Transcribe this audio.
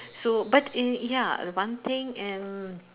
so but in ya one thing and